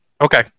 okay